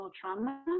trauma